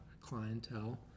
clientele